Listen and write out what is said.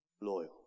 loyal